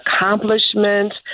accomplishments